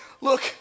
look